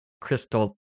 crystal